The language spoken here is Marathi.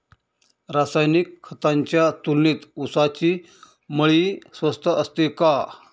रासायनिक खतांच्या तुलनेत ऊसाची मळी स्वस्त असते का?